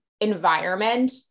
environment